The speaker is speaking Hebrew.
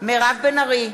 מירב בן ארי,